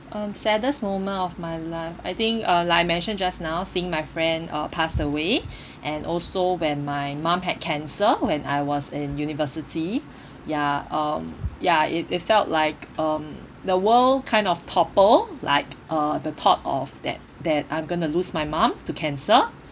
um saddest moment of my life I think uh like I mentioned just now seeing my friend uh pass away and also when my mum had cancer when I was in university ya um ya it it felt like um the world kind of topple like uh the thought of that that I'm going to lose my mum to cancer